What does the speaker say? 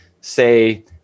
say